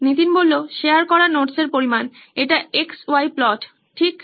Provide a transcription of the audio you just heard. Nitin share করা notes এর পরিমাণ এটা X Y প্লট ঠিক